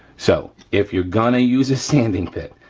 so, if you're gonna use a sanding bit,